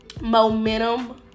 momentum